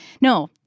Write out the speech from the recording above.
No